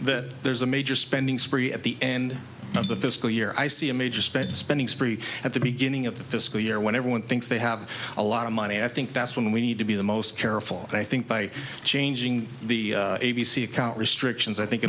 that there's a major spending spree at the end of the fiscal year i see a major spending spending spree at the beginning of the fiscal year when everyone thinks they have a lot of money i think that's when we need to be the most careful and i think by changing the a b c account restrictions i think